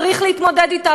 צריך להתמודד אתה,